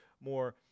more